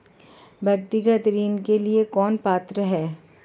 व्यक्तिगत ऋण के लिए कौन पात्र है?